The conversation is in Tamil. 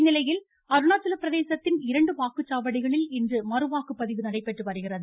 இந்நிலையில் அருணாச்சல பிரதேசத்தின் இரண்டு வாக்குச்சாவடிகளில் இன்று மறுவாக்குப்பதிவு நடைபெற்று வருகிறது